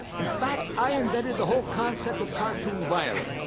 in fact, i invented the whole concept of cartoon violence.